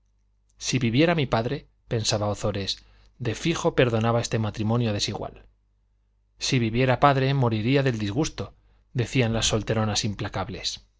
si viviera mi padre pensaba ozores de fijo perdonaba este matrimonio desigual si viviera padre moriría del disgusto decían las solteronas implacables